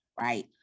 Right